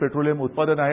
petroleum उत्पादनं आहेत